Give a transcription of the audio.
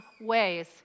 ways